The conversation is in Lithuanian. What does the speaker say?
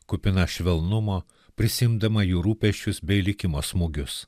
kupina švelnumo prisiimdama jų rūpesčius bei likimo smūgius